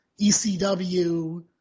ECW